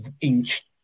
inch